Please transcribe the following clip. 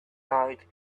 night